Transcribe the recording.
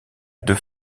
deux